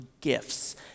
gifts